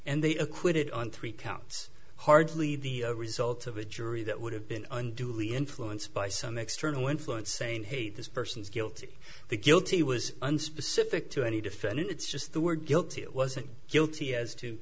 and they acquitted on three counts hardly the result of a jury that would have been unduly influenced by some external influence saying hey this person is guilty the guilty was unspecific to any defendant it's just the word guilty it wasn't guilty as to